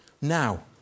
Now